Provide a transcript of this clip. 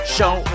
Show